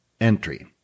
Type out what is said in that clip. entry